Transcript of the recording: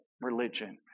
religion